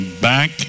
back